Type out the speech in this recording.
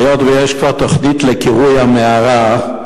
היות שיש כבר תוכנית לקירוי המערה,